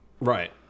Right